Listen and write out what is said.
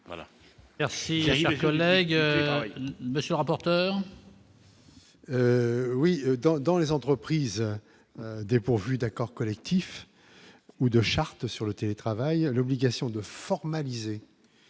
Merci, chers collègues, monsieur le rapporteur.